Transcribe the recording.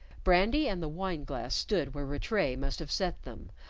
brandy and the wine-glass stood where rattray must have set them,